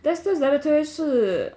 dexter's laboratory 是